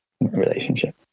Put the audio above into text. relationship